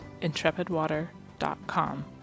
intrepidwater.com